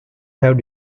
have